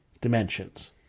dimensions